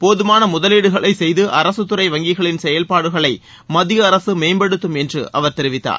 போதுமான முதலீடுகளை செய்து அரசு துறை வங்கிகளின் செயல்பாடுகளை மத்திய அரசு மேம்படுத்தும் என்று அவர் தெரிவித்தார்